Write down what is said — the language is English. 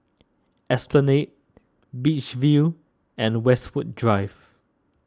Esplanade Beach View and Westwood Drive